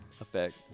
effect